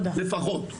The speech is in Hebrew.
לפחות.